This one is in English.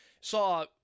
saw